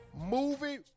movie